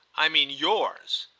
i mean yours.